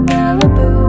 Malibu